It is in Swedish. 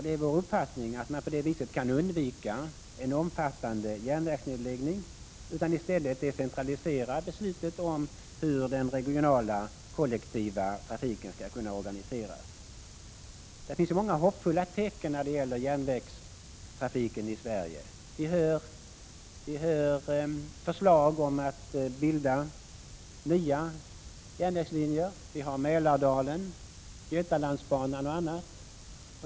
Det är vår uppfattning att man på det viset kan undvika en omfattande järnvägsnedläggning och i stället decentralisera beslutet om hur den regionala kollektiva trafiken skall kunna organiseras. Det finns många hoppfulla tecken när det gäller järnvägstrafiken i Sverige. Vi hör förslag om att bygga nya järnvägslinjer, som Mälarbanan, Götalandsbanan och andra.